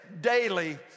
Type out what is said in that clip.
daily